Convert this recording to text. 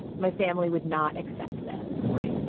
my family would not accept this. right.